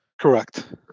Correct